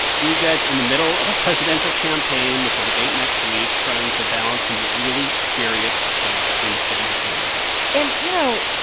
buttigieg in the middle of a presidential campaign with the debate next week trying to balance some really serious stuff in the city he's the mayor of and, you know,